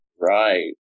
Right